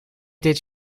dit